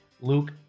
Luke